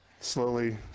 slowly